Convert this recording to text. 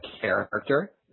character